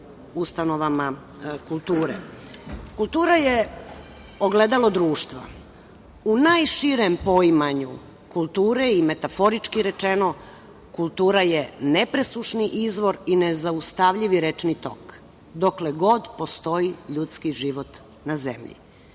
ustanovama kulture. Kultura je ogledalo društva. U najširem poimanju kulture i metaforički rečeno kultura je nepresušni izvor i nezaustavljivi rečni tok dokle god postoji ljudski život na zemlji. Mnogo